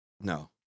No